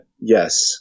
yes